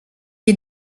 est